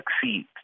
succeed